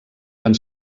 van